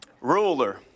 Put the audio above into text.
ruler